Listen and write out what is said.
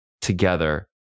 together